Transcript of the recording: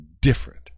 different